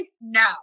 No